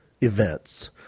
events